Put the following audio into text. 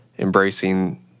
embracing